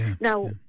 Now